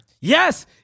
yes